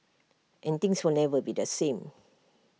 and things will never be the same